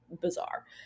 bizarre